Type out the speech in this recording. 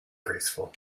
graceful